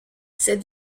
ces